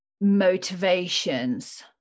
motivations